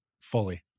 fully